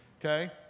okay